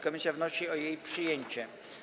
Komisja wnosi o jej przyjęcie.